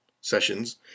sessions